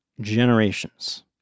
generations